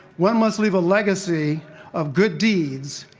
one must leave a legacy of good deeds,